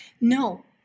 no